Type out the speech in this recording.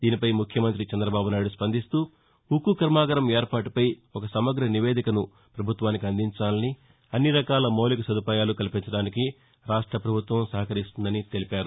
దీనిపై ముఖ్యమంత్రి చంద్రబాబునాయుడు స్పందిస్తూ ఉక్కు కర్మాగారం ఏర్పాటుపై ఒక సమ్మగ నివేదికను ప్రభుత్వానికి అందించాలని అన్నిరకాల మౌలిక సదుపాయాలు కల్పించడానికి రాష్ట్రపభుత్వం సహకరిస్తుందని తెలిపారు